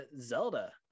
zelda